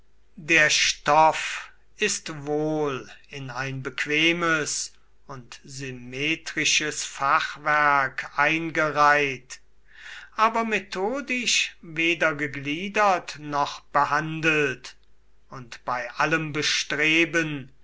der stoff ist wohl in ein bequemes und symmetrisches fachwerk eingereiht aber methodisch weder gegliedert noch behandelt und bei allem bestreben